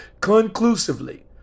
conclusively